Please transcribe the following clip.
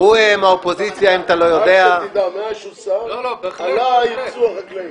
רק שתדע מאז שהוא שר עלה הייצוא החקלאי.